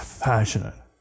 passionate